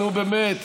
נו, באמת,